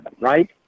Right